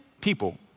people